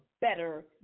better